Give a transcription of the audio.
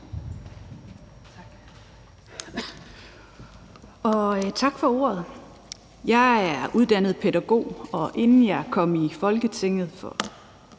tak for ordet. Jeg er uddannet pædagog, og inden jeg kom i Folketinget i